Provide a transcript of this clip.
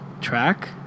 track